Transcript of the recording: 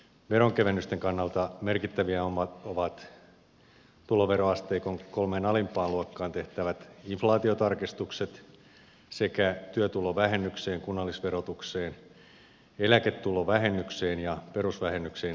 veronkevennysten kannalta merkittäviä ovat tuloveroasteikon kolmeen alimpaan luokkaan tehtävät inflaatiotarkistukset sekä työtulovähennykseen kunnallisverotukseen eläketulovähennykseen ja perusvähennykseen ehdotetut muutokset